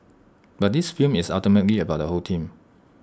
but this film is ultimately about the whole team